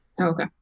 Okay